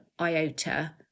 iota